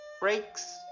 Breaks